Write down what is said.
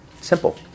Simple